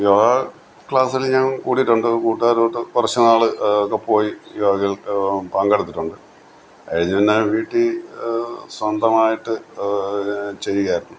യോഗ ക്ലാസ്സിൽ ഞാൻ കൂടിയിട്ടുണ്ട് കൂട്ടുകാരുമായിട്ട് കുറച്ചുനാൾ പോയി യോഗയിൽ പങ്കെടുത്തിട്ടുണ്ട് അതിനു മുന്നേ വീട്ടിൽ സ്വന്തമായിട്ട് ചെയ്യുകയായിരുന്നു